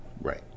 Right